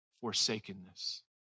forsakenness